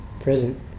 present